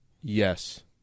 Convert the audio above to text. Yes